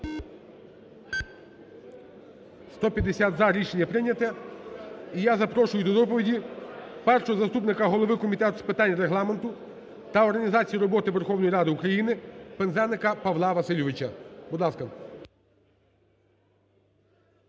За-150 Рішення прийняте. І я запрошую до доповіді першого заступника голови Комітету з питань Регламенту та організації роботи Верховної Ради України Пинзеника Павла Васильовича, будь ласка.